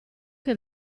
che